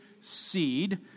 seed